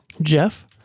Jeff